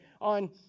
on